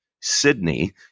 Sydney